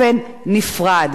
לדאוג לזכויות שלו,